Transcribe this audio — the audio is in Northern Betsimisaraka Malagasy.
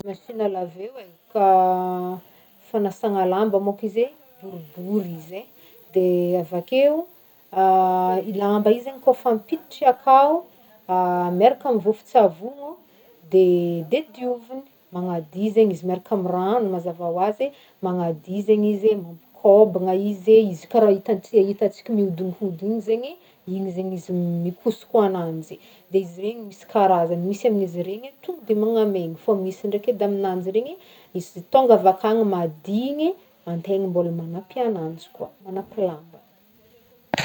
Machine à laver io e fanasagna lamba mô ko izy e, boribory izy ai, de avakeo lamba io zaigny kôfa ampiditry akao miaraka amin'ny vovontsavôgno de- de dioviny, magnadio zegny izy miaraka amin'ny rano mazava hoazy e, magnadio zaigny izy e, mampikôbagna izy e, izy karaha itantse- itantsika miodonkodina igny zaigny e, igny zaigny izy mikosoko agnanjy, de izy regny misy karazany misy amin'izy iregny e tonga de magnamaigny fô misy ndraiky edy amignanjy regny e, izy tônga avy akany madigny, antegna mbôla manapy agnanjy koa, manapy lamba.